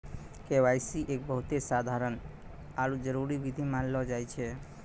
KYC एक बहुते साधारण आरु जरूरी विधि मानलो जाय छै